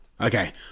Okay